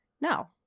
No